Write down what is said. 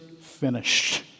finished